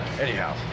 Anyhow